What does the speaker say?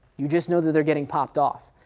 you just know that they're getting popped off,